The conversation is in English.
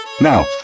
Now